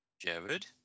Jared